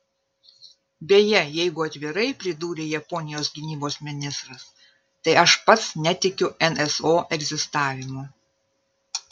beje jeigu atvirai pridūrė japonijos gynybos ministras tai aš pats netikiu nso egzistavimu